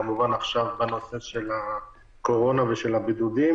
וכמובן שעכשיו בנושא הקורונה והבידודים.